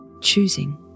Choosing